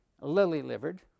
lily-livered